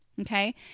Okay